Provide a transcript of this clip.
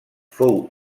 fou